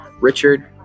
Richard